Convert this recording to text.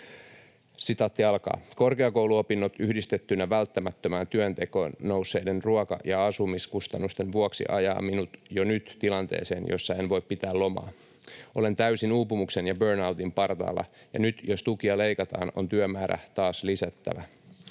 minuun.” ”Korkeakouluopinnot yhdistettynä välttämättömään työntekoon nousseiden ruoka- ja asumiskustannusten vuoksi ajaa minut jo nyt tilanteeseen, jossa en voi pitää lomaa. Olen täysin uupumuksen ja burnoutin partaalla, ja nyt jos tukia leikataan, on työmäärää taas lisättävä.